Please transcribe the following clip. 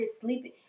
sleeping